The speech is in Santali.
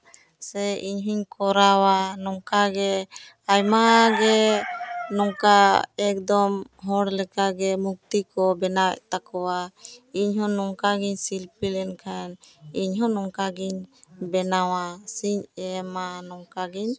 ᱥᱮ ᱤᱧ ᱦᱩᱧ ᱠᱚᱨᱟᱣᱟ ᱱᱚᱝᱠᱟ ᱜᱮ ᱟᱭᱢᱟ ᱜᱮ ᱱᱚᱝᱠᱟ ᱮᱠᱫᱚᱢ ᱦᱚᱲ ᱞᱮᱠᱟ ᱜᱮ ᱢᱩᱠᱛᱤ ᱠᱚ ᱵᱮᱱᱟᱣᱮᱫ ᱛᱟᱠᱚᱣᱟ ᱤᱧ ᱦᱚᱸ ᱱᱚᱝᱠᱟ ᱜᱤᱧ ᱥᱤᱞᱯᱤ ᱞᱮᱱᱠᱷᱟᱱ ᱤᱧ ᱦᱚᱸ ᱱᱚᱝᱠᱟ ᱜᱤᱧ ᱵᱮᱱᱟᱣᱟ ᱥᱮᱧ ᱮᱢᱟ ᱱᱚᱝᱠᱟᱜᱤᱧ